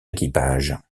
équipage